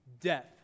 death